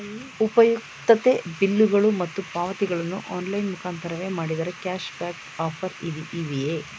ಉಪಯುಕ್ತತೆ ಬಿಲ್ಲುಗಳು ಮತ್ತು ಪಾವತಿಗಳನ್ನು ಆನ್ಲೈನ್ ಮುಖಾಂತರವೇ ಮಾಡಿದರೆ ಕ್ಯಾಶ್ ಬ್ಯಾಕ್ ಆಫರ್ಸ್ ಇವೆಯೇ?